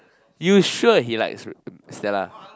you sure he likes Stellar